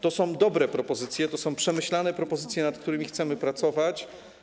To są dobre propozycje, to są przemyślane propozycje, nad którymi chcemy pracować.